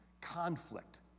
conflict